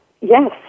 Yes